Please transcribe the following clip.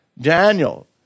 Daniel